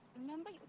Remember